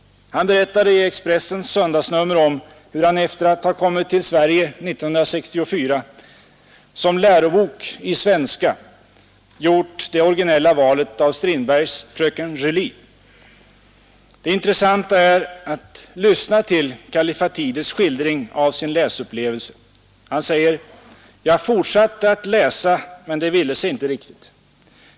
Han berättade i Expressens söndagsnummer om hur han efter att ha kommit till Sverige 1964 som lärobok i svenska gjort det originella valet av Strindbergs Fröken Julie. Det intressanta är att lyssna till Kallifatides skildring av sin läsupplevelse. ”Jag fortsatte att läsa men det ville sig inte riktigt.